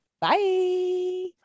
Bye